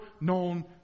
known